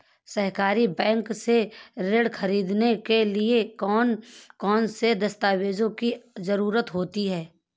सहकारी बैंक से ऋण ख़रीदने के लिए कौन कौन से दस्तावेजों की ज़रुरत होती है?